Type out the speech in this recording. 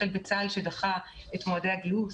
החל בצה"ל שדחה את מועדי הגיוס,